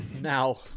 Now